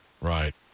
Right